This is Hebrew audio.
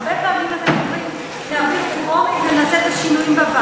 הרבה פעמים אתם אומרים: נעביר בטרומית ונעשה את השינויים בוועדה.